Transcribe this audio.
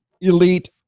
elite